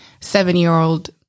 seven-year-old